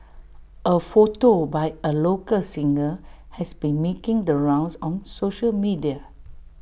A photo by A local singer has been making the rounds on social media